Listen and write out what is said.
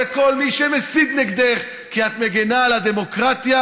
והממשלה עושה מאמצים רבים להגברת התחרות בשוק,